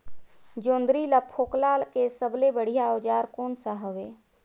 जोंदरी ला फोकला के सबले बढ़िया औजार कोन सा हवे?